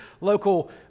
local